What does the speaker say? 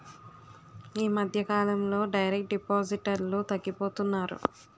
ఈ మధ్యకాలంలో డైరెక్ట్ డిపాజిటర్లు తగ్గిపోతున్నారు